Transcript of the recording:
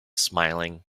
smiling